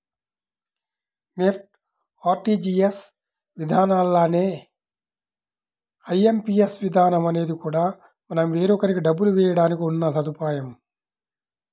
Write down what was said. NEFT, RTGS విధానాల్లానే IMPS విధానం అనేది కూడా మనం వేరొకరికి డబ్బులు వేయడానికి ఉన్న సదుపాయం